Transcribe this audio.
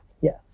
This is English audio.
Yes